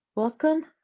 Welcome